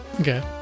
Okay